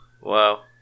Wow